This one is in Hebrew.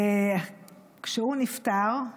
וכשהוא נפטר,